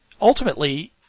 ultimately